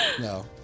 No